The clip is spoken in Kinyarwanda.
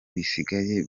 bisigaye